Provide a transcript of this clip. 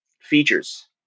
features